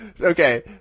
Okay